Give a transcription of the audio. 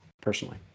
personally